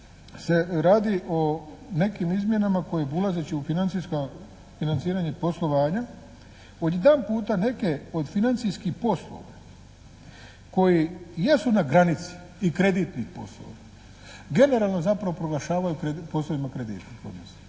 se radi o nekim izmjenama koje ulazeći u financijska, financiranja i poslovanja odjedanputa neke od financijskih poslova koji jesu na granici i kreditnih poslova generalno zapravo proglašavaju poslovima kredita …/Govornik